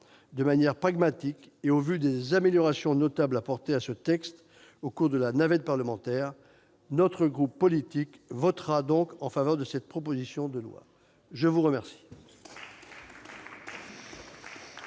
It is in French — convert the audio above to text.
De manière pragmatique et au vu des améliorations notables apportées au cours de la navette parlementaire, notre groupe politique votera donc en faveur de cette proposition de loi. La parole